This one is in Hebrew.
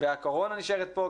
והקורונה נשארת פה,